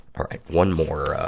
all right. one more,